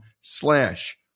slash